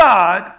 God